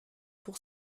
pour